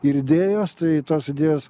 ir idėjos tai tos idėjos